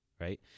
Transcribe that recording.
Right